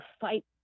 fight